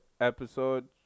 episode